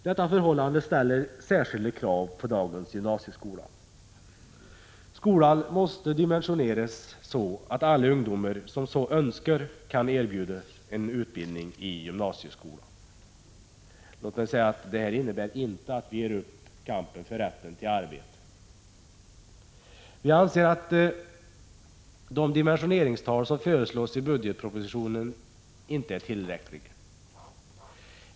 Detta förhållande ställer särskilda krav på dagens gymnasieskola. Skolan måste dimensioneras så att alla ungdomar som så önskar kan erbjudas utbildning i gymnasieskolan — låt mig säga att detta inte innebär att vi ger upp kampen för rätt till arbete. Vi anser att de dimensioneringstal som föreslås i budgetpropositionen inte är tillräckliga.